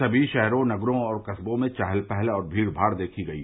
सभी शहरोनगरो और कस्बों में चहल पहल और भीडभाड़ देखी गयी